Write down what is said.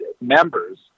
members